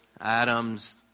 Adams